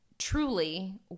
Truly